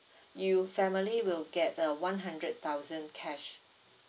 you family will get the one hundred thousand cash